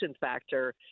factor